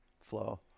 flow